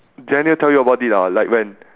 daniel tell you about it ah like when